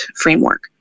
framework